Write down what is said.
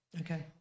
Okay